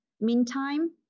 Meantime